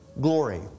glory